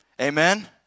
amen